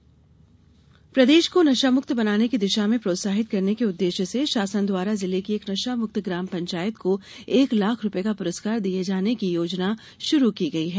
नशामुक्ति प्रदेश को नशामुक्त बनाने की दिशा में प्रोत्साहित करने के उददेश्य से शासन द्वारा जिले की एक नशामुक्त ग्राम पंचायत को एक लाख रूपये का पुरस्कार दिये जाने की योजना शुरू की गई है